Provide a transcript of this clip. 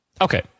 Okay